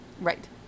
Right